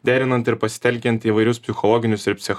derinant ir pasitelkiant įvairius psichologinius ir